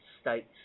states